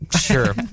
sure